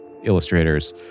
illustrators